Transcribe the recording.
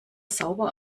sauber